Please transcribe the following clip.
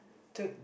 the